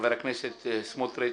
חבר הכנסת סמוטריץ',